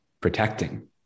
protecting